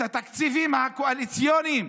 את התקציבים הקואליציוניים